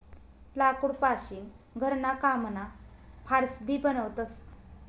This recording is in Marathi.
लाकूड पासीन घरणा कामना फार्स भी बनवतस